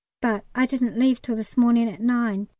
but i didn't leave till this morning at nine,